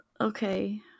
okay